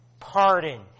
Pardon